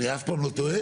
אני אף פעם לא טועה?